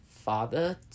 father